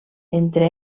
entre